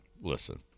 listen